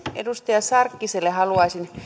edustaja sarkkiselle haluaisin